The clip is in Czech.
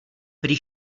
prý